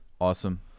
awesome